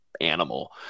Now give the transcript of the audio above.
animal